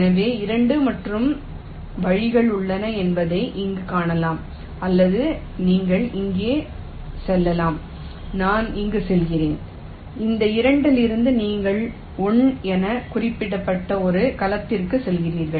எனவே 2 மாற்று வழிகள் உள்ளன என்பதை இங்கே காணலாம் அல்லது நீங்கள் இங்கே செல்லலாம் நான் இங்கு செல்கிறேன் இந்த 2 இலிருந்து நீங்கள் 1 எனக் குறிக்கப்பட்ட ஒரு கலத்திற்குச் செல்கிறீர்கள்